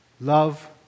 Love